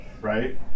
right